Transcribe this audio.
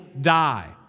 die